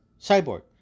cyborg